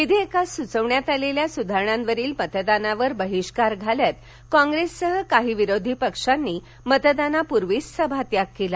विधेयकात सुचवण्यात आलेल्या सुधारणांवरील मतदानावर बहिष्कार घालत कॉंग्रेससह काही विरोधी पक्षांनी मतदानाप्र्वीच सभात्याग केला